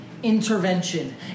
Intervention